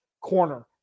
corner